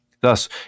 Thus